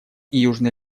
южный